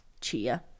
Chia